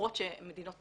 בורות שהמדינות